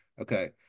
Okay